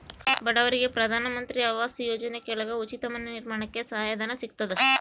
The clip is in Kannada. ಬಡವರಿಗೆ ಪ್ರಧಾನ ಮಂತ್ರಿ ಆವಾಸ್ ಯೋಜನೆ ಕೆಳಗ ಉಚಿತ ಮನೆ ನಿರ್ಮಾಣಕ್ಕೆ ಸಹಾಯ ಧನ ಸಿಗತದ